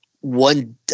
One